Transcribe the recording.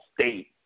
state